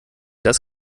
das